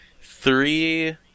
three